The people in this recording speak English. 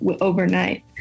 overnight